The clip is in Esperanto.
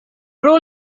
pro